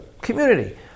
community